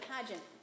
pageant